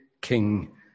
King